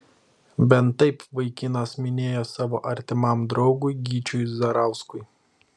bent taip vaikinas minėjo savo artimam draugui gyčiui zarauskui